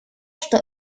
что